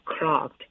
clogged